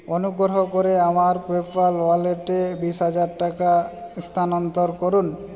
অনুগ্রহ করে আমার পেপ্যাল ওয়ালেটে বিশ হাজার টাকা স্থানান্তর করুন